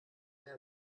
mehr